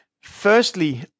Firstly